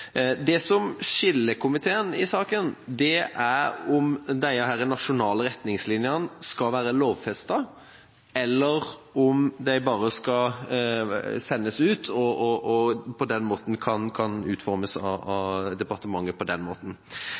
Det som skiller komiteen i saken, er om disse nasjonale retningslinjene skal være lovfestet, eller om de bare skal sendes ut og på den måten kan utformes av departementet.